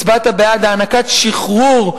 הצבעת בעד הענקת שחרור,